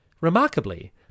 Remarkably